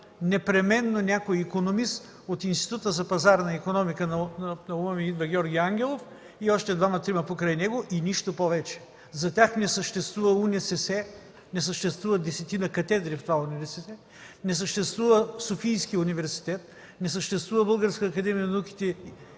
непременно някой икономист от Института за пазарна икономика, обикновено наум ми идва Георги Ангелов и още двама-трима покрай него и нищо повече! За тях не съществувало УНСС, не съществуват десетина катедри в това УНСС, не съществува Софийски университет, не съществува Българска академия на науките